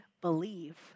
believe